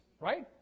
right